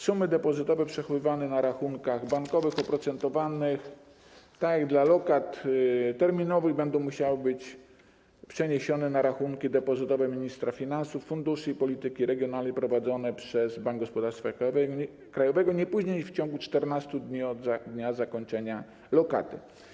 Sumy depozytowe przechowywane na rachunkach bankowych, oprocentowanych tak jak lokaty terminowe, będą musiały być przeniesione na rachunki depozytowe ministra finansów, funduszy i polityki regionalnej prowadzone przez Bank Gospodarstwa Krajowego nie później niż w ciągu 14 dni od dnia zakończenia lokaty.